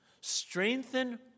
strengthen